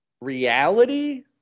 reality